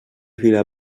fila